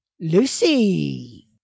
Lucy